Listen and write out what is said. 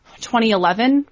2011